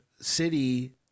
city